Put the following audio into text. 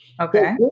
Okay